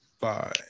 Bye